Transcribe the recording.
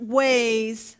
ways